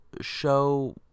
show